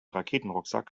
raketenrucksack